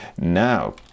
Now